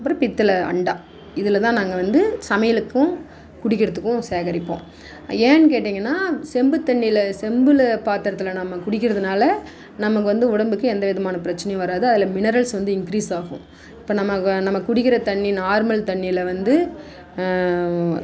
அப்புறம் பித்தளை அண்டா இதில் தான் நாங்கள் வந்து சமையலுக்கும் குடிக்கிறதுக்கும் சேகரிப்போம் ஏன்னு கேட்டீங்கன்னா செம்புத்தண்ணியில் செம்பில் பாத்திரத்தில் நம்ப குடிக்கிறதுனால் நமக்கு வந்து உடம்புக்கு எந்த விதமான பிரச்சனையும் வராது அதில் மினரல்ஸ் வந்து இன்க்ரீஸ் ஆகும் இப்போ நம்ம நம்ம குடிக்கிற தண்ணி நார்மல் தண்ணியில் வந்து